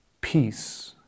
peace